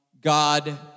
God